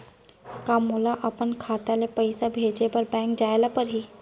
का मोला अपन खाता ले पइसा भेजे बर बैंक जाय ल परही?